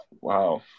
Wow